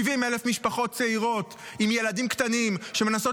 70,000 משפחות צעירות עם ילדים קטנים שמנסות